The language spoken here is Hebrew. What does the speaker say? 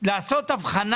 כדי לעשות הבחנה.